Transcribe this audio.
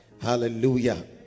Hallelujah